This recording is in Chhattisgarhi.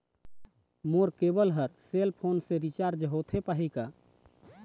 मोर केबल हर सेल फोन से रिचार्ज होथे पाही का?